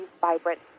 vibrant